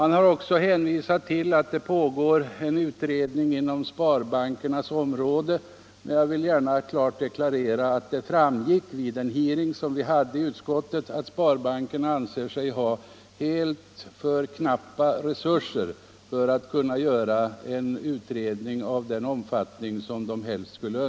Det har också hänvisats till att det pågår en utredning på sparbankernas område, men jag vill här deklarera att vid den hearing vi hade i utskottet framgick det att sparbankerna anser sig ha alldeles för knappa resurser för att kunna göra en utredning av den omfattning som de helst önskade.